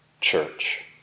church